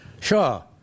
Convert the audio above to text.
Sure